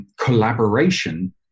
collaboration